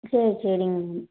சரி சரிங் மேம்